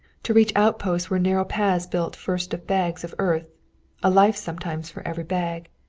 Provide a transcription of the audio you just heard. to reach outposts were narrow paths built first of bags of earth a life, sometimes for every bag.